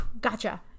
gotcha